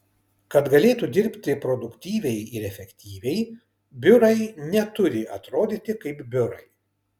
kad galėtų dirbti produktyviai ir efektyviai biurai neturi atrodyti kaip biurai